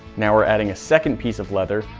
now, we're adding a second piece of leather,